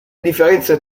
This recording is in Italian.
differenze